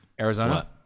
Arizona